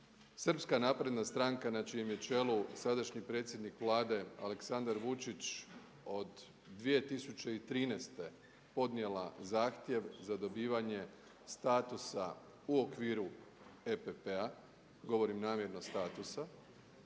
Srpska napredna stranka na čijem je čelu sadašnji predsjednik Vlade Aleksandar Vučić od 2013. podnijela zahtjev za dobivanje statusa u okviru EPP-a govorim namjerno statusa